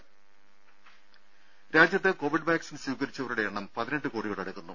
ദേദ രാജ്യത്ത് covid vaccine സ്വീകരിച്ചവരുടെ എണ്ണം പതിനെട്ട് കോടിയോടടുക്കുന്നു